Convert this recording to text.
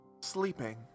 Sleeping